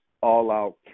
all-out